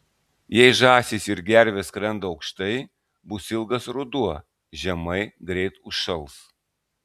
jei žąsys ir gervės skrenda aukštai bus ilgas ruduo žemai greit užšals